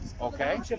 Okay